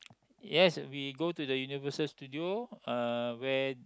yes we go to the Universal-Studios uh where